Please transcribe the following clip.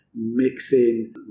mixing